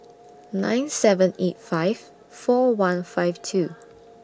nine seven eight five four one five two